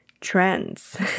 trends